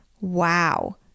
wow